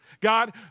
God